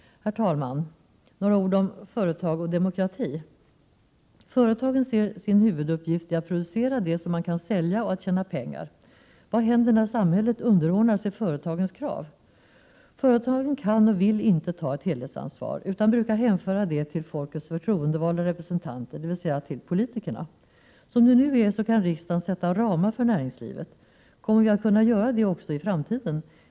Herr talman! Jag skall säga några ord om företag och demokrati. Företagen ser sin huvuduppgift i att producera det som kan säljas och att tjäna pengar. Vad händer när samhället underordnar sig företagens krav? Företagen kan och vill inte ta ett helhetsansvar utan brukar hänföra detta till folkets förtroendevalda representanter, dvs. till politikerna. Som det nu är kan riksdagen sätta ramar för näringslivet. Kommer vi att kunna göra det också i framtiden?